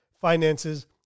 finances